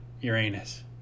Uranus